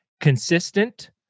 consistent